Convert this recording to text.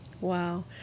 Wow